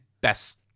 best